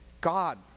God